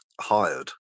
hired